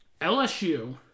LSU